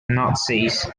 nazis